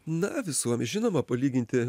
na visuom žinoma palyginti